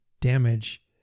damage